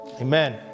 amen